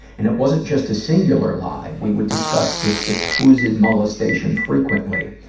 and it wasn't just a singular lie. we would discuss the supposed molestation frequently.